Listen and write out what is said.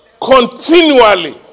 continually